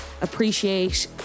appreciate